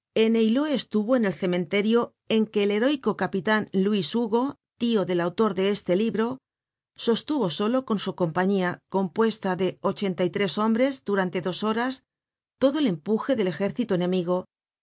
en eylau estuvo en el cementerio en que el heróico capitan luis hugo üo del autor de este libro sostuvo solo con su compañía compuesta de ochenta y tres hombres durante dos horas todo el empuje del ejército enemigo